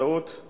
שבאמצעותו